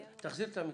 -- תחזיר את המיקרופון.